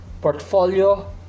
portfolio